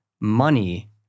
money